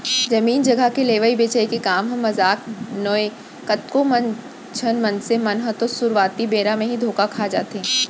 जमीन जघा के लेवई बेचई के काम ह मजाक नोहय कतको झन मनसे मन ह तो सुरुवाती बेरा म ही धोखा खा जाथे